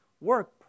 work